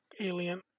alien